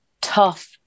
tough